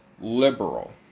liberal